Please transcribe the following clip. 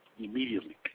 immediately